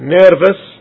nervous